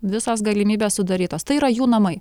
visos galimybės sudarytos tai yra jų namai